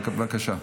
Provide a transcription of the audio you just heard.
בבקשה.